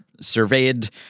Surveyed